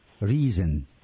Reason